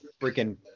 freaking